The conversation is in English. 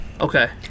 Okay